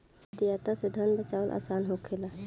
मितव्ययिता से धन बाचावल आसान होखेला